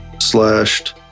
slashed